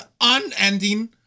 unending